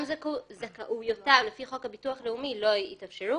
גם הזכאויות לפי חוק הביטוח הלאומי לא יתאפשרו.